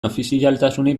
ofizialtasunik